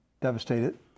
devastated